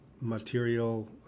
material